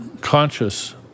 conscious